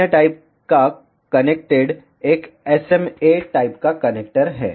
अन्य टाइप का कनेक्टेड एक SMA टाइप का कनेक्टर है